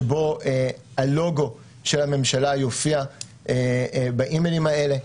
שבו הלוגו של הממשלה יופיע באימיילים האלה.